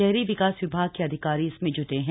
शहरी विकास विभाग के अधिकारी इसमें जूटे हैं